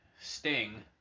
Sting